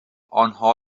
آنها